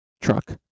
truck